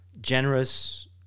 generous